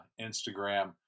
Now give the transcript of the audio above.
Instagram